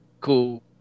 Cool